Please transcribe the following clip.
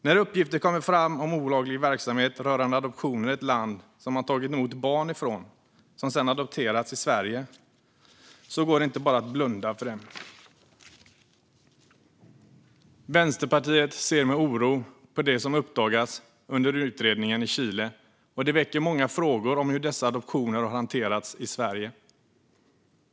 När uppgifter kommer fram om olaglig verksamhet rörande adoptioner i ett land som man tagit emot barn ifrån, som sedan adopterats i Sverige, går det inte att bara blunda för det. Vänsterpartiet ser med oro på det som uppdagats under utredningen i Chile. Det väcker många frågor om hur dessa adoptioner har hanterats i Sverige.